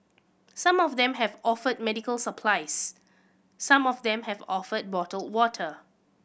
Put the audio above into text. some of them have offered medical supplies some of them have offered bottled water